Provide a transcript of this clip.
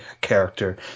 character